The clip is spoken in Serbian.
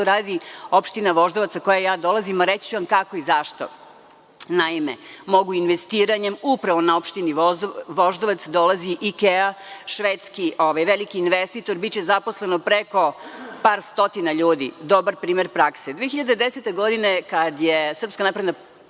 radi opština Voždovac sa koje ja dolazim, a reći ću vam kako i zašto. Naime, mogu investiranjem. Upravo na opštini Voždovac dolazi „Ikea“, švedski veliki investitor, biće zaposleno preko par stotina ljudi. Dobar primer prakse. Godine 2010, kada je SNS pobedila